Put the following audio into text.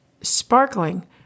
sparkling